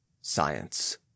science